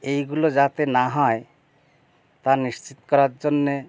এইগুলো যাতে না হয় তা নিশ্চিত করার জন্যে